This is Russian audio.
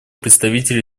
представителю